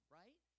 right